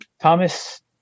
Thomas